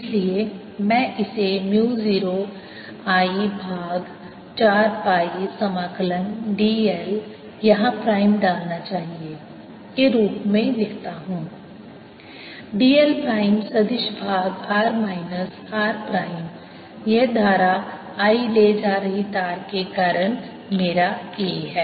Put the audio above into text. इसलिए मैं इसे म्यू 0 I भाग 4 पाई समाकलन dl यहां प्राइम डालना चाहिए के रूप में लिख सकता हूँ dl प्राइम सदिश भाग r माइनस r प्राइम यह धारा I ले जा रही तार के कारण मेरा A है